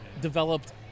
developed